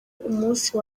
umunsi